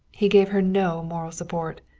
he gave her no moral support.